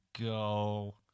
go